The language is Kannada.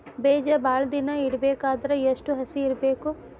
ಬೇಜ ಭಾಳ ದಿನ ಇಡಬೇಕಾದರ ಎಷ್ಟು ಹಸಿ ಇರಬೇಕು?